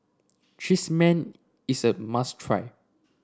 cheese man is a must try